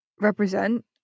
represent